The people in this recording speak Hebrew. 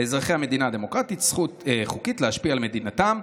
לאזרחי המדינה הדמוקרטית זכות חוקית להשפיע במדינתם,